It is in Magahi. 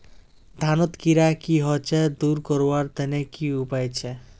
धानोत कीड़ा की होचे दूर करवार तने की उपाय छे?